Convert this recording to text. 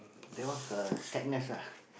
there was a sadness ah